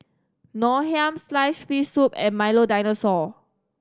Ngoh Hiang sliced fish soup and Milo Dinosaur